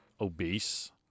obese